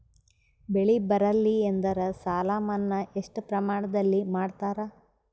ಬೆಳಿ ಬರಲ್ಲಿ ಎಂದರ ಸಾಲ ಮನ್ನಾ ಎಷ್ಟು ಪ್ರಮಾಣದಲ್ಲಿ ಮಾಡತಾರ?